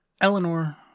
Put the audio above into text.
Eleanor